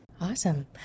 Awesome